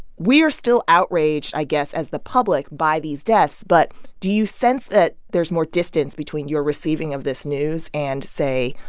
we are still outraged, i guess, as the public by these deaths. but do you sense that there's more distance between your receiving of this news and say,